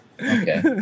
Okay